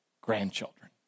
grandchildren